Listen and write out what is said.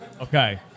Okay